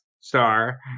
star